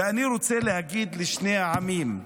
ואני רוצה להגיד לשני העמים: